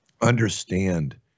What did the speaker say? Understand